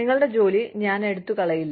നിങ്ങളുടെ ജോലി ഞാൻ എടുത്തുകളയില്ല